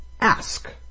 ask